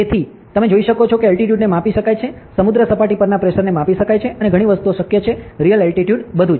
તેથી તમે જોઈ શકો છો કે અલ્ટિટ્યુડ ને માપી શકાય છે સમુદ્ર સપાટી પરના પ્રેશરને માપી શકાય છે અને ઘણી વસ્તુઓ શક્ય છે રીઅલ અલ્ટિટ્યુડ બધું